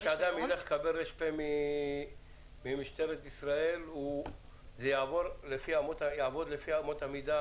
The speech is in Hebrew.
זאת אומרת שאדם יקבל רישום פלילי ממשטרת ישראל וזה יעבוד לפי אמות המידה